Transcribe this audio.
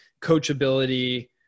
coachability